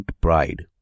pride